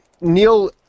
Neil